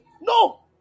No